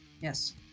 Yes